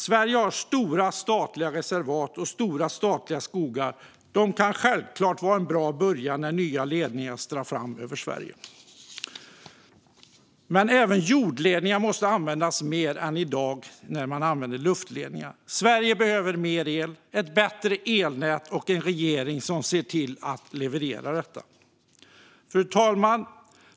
Sverige har stora statliga reservat och stora statliga skogar. De kan självklart vara en bra början när nya ledningar ska dras fram över Sverige. Men även jordledningar måste användas mer än luftledningar i dag. Sverige behöver mer el, ett bättre elnät och en regering som ser till att leverera detta. Fru talman!